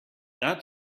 that